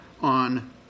on